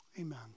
amen